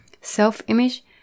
self-image